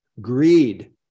Greed